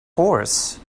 horse